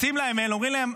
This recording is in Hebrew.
אומרים להם: